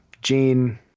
Gene